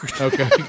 Okay